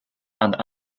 and